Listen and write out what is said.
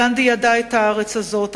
גנדי ידע את הארץ הזאת,